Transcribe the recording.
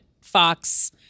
Fox